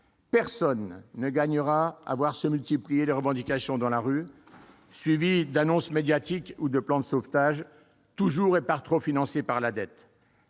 Personne ne gagnera à voir se multiplier les revendications dans la rue, suivies d'annonces médiatiques ou de plans de sauvetage, toujours financés par la dette.